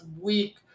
week